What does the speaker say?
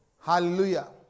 Hallelujah